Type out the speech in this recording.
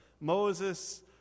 Moses